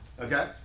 Okay